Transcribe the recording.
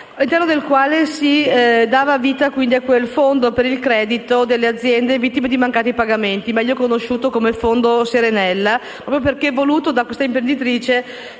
all'interno del quale si dava vita a un fondo per il credito alle aziende vittime di mancati pagamenti, meglio conosciuto come fondo Serenella, proprio perché voluto da questa imprenditrice